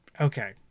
okay